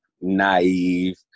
naive